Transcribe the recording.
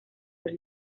los